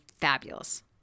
fabulous